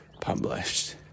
published